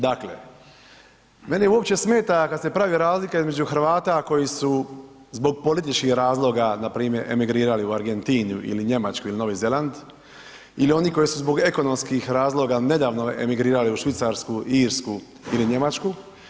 Dakle, mene uopće smeta kad se pravi razlika između Hrvata koji su zbog političkih razloga npr. emigrirali u Argentinu ili Njemačku ili Novi Zeland ili oni koji su zbog ekonomskih razloga nedavno emigrirali u Švicarsku, Irsku ili Njemačku.